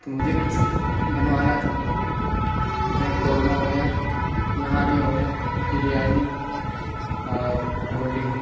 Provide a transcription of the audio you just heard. تو مجھے کچھ کچھ بنوانا تھا جیسے قورمہ ہو گیا نہاری ہو گیا بریانی اور روٹی